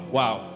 wow